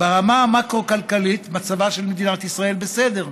ברמה המקרו-כלכלית, מצבה של מדינת ישראל בסדר,